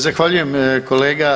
Zahvaljujem kolega.